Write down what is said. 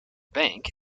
bank